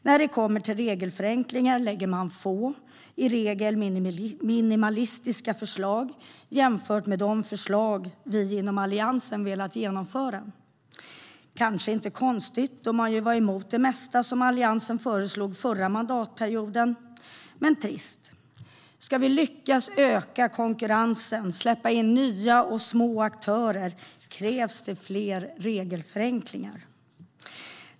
När det kommer till regelförenklingar lägger man få, i regel minimalistiska förslag jämfört med de förslag som vi inom Alliansen har velat genomföra. Det kanske inte är konstigt, då man var emot det mesta som Alliansen föreslog under förra mandatperioden, men det är trist. Ska vi lyckas öka konkurrensen och släppa in nya och små aktörer krävs det fler regelförenklingar.